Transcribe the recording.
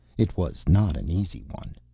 it was not an easy one.